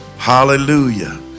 Hallelujah